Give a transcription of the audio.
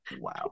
Wow